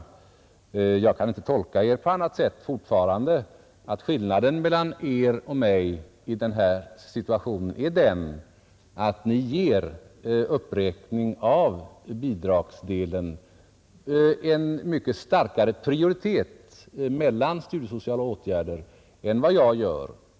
Fortfarande kan jag inte tolka Er på annat sätt än så att skillnaden mellan Er och mig i den här situationen är att Ni ger uppräkning av bidragsdelen en mycket starkare prioritet bland studiesociala åtgärder än vad jag gör.